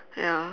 ya